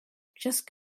just